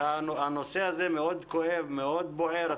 הנושא הזה מאוד כואב ומאוד בוער.